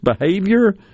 behavior